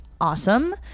awesome